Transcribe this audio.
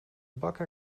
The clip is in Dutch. bakker